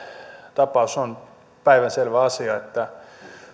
tapaus on päivänselvä asia että